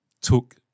took